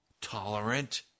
tolerant